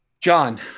John